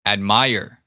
Admire